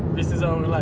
this is um